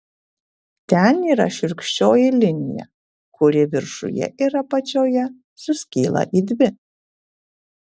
ten yra šiurkščioji linija kuri viršuje ir apačioje suskyla į dvi